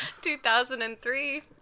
2003